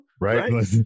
Right